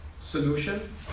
solution